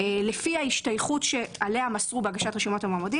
זאת לפי ההשתייכות שאותה מסרו בהגשת רשימת המועמדים